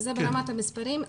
זה ברמת המספרים.